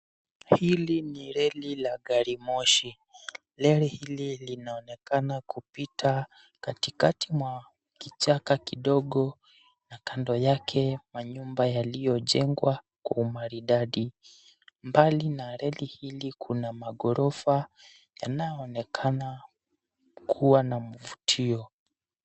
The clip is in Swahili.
Hili ni reli la garimoshi. Reli hili linaonekana kuputa katikati mwa kichaka kidogo na kando yake manyumba yaliyojengwa kwa umaridadi. Mbali na ya reli hili kuna maghorofa yanayoonekana kuwa na mvutio.